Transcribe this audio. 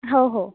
हो हो